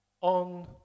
on